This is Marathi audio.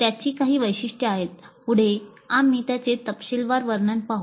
त्याची काही वैशिष्ट्ये आहेत पुढे आम्ही त्यांचे तपशीलवार वर्णन पाहू